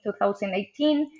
2018